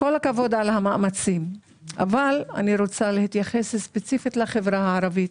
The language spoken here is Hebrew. כל הכבוד על המאמצים אבל אני רוצה להתייחס ספציפית לחברה הערבית.